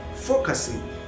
Focusing